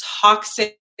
toxic